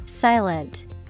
silent